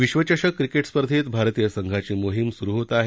विश्वचषक क्रिकेट स्पर्धेत भारतीय संघांची मोहीम सुरु होत आहे